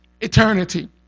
eternity